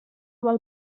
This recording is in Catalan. val